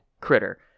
critter